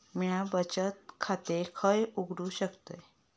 म्या बचत खाते खय उघडू शकतय?